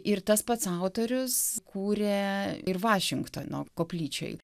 ir tas pats autorius kūrė ir vašingtono koplyčioj